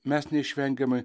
mes neišvengiamai